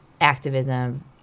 activism